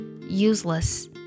useless